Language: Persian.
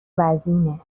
وزینه